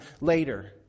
later